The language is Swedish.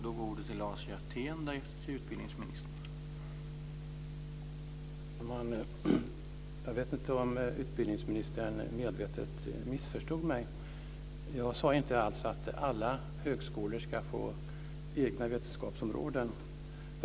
Herr talman! Jag vet inte om utbildningsministern medvetet missförstod mig. Jag sade inte alls att alla högskolor ska få egna vetenskapsområden.